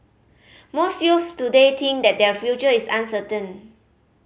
most youths today think that their future is uncertain